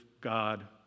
God